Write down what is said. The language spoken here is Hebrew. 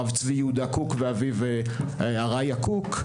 הרב צבי יהודה קוק ואביו הראי"ה קוק,